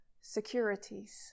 securities